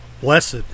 Blessed